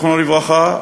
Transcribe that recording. זכרו לברכה,